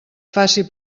faci